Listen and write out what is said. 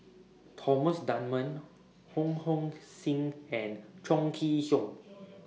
Thomas Dunman Ho Hong Sing and Chong Kee Hiong